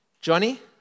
Johnny